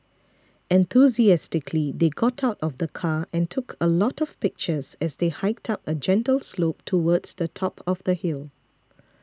enthusiastically they got out of the car and took a lot of pictures as they hiked up a gentle slope towards the top of the hill